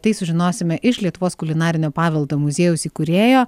tai sužinosime iš lietuvos kulinarinio paveldo muziejaus įkūrėjo